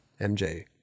MJ